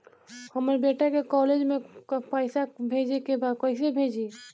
हमर बेटा के कॉलेज में पैसा भेजे के बा कइसे भेजी?